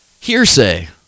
Hearsay